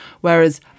whereas